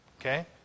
Okay